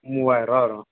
மூவாயிருபா வரும்